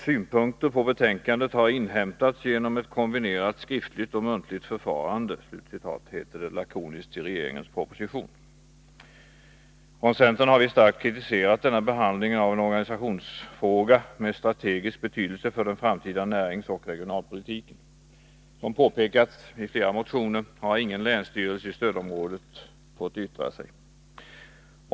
”Synpunkter på betänkandet har inhämtats genom ett kombinerat skriftligt och muntligt förfarande”, heter det lakoniskt i regeringens proposition. Från centern har vi starkt kritiserat denna behandling av en organisationsfråga med strategisk betydelse för den framtida näringsoch regionalpolitiken. Som påpekats i flera motioner har ingen länsstyrelse i stödområdet fått yttra sig.